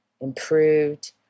improved